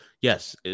yes